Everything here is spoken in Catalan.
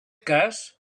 cas